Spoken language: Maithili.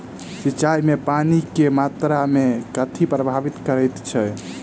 सिंचाई मे पानि केँ मात्रा केँ कथी प्रभावित करैत छै?